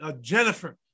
Jennifer